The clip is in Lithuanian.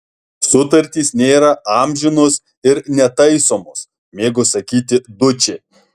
sutartys nėra amžinos ir netaisomos mėgo sakyti dučė